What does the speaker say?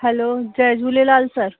hello जय Jhulelal sir